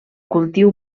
cultiu